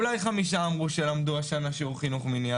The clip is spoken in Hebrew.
אולי חמישה אמרו שלמדו השנה שיעור חינוך מיני.